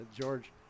George